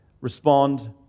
respond